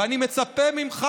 ואני מצפה ממך,